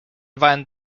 van